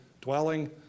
dwelling